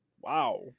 Wow